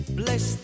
bless